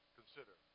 consider